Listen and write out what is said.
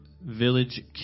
village